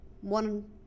one